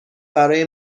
برای